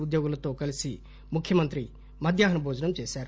ఉద్యోగులతో కలసి ముఖ్యమంత్రి మధ్యాహ్నా భోజనం చేశారు